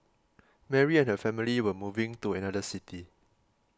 Mary and her family were moving to another city